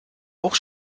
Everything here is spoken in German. auch